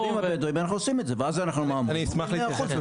ואנחנו עשים את זה בישובים הבדואים ואז --- אז לא צריך,